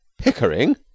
Pickering